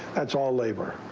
that is all linebacker.